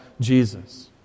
Jesus